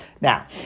Now